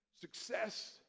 Success